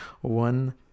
One